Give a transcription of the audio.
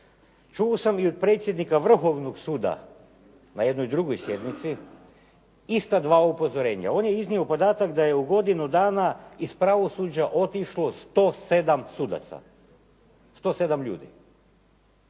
Čuo sam i od predsjednika Vrhovnog suda na jednoj drugoj sjednici ista dva upozorenja. On je iznio podatak da je u godinu dana iz pravosuđa otišlo 107 sudaca, 107 ljudi